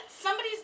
somebody's